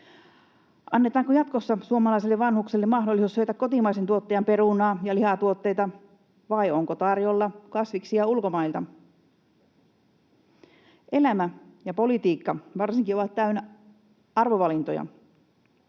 Annetaanko jatkossa suomalaiselle vanhukselle mahdollisuus syödä kotimaisen tuottajan perunaa ja lihatuotteita, vai onko tarjolla kasviksia ulkomailta? Elämä ja varsinkin politiikka ovat täynnä arvovalintoja.